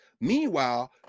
Meanwhile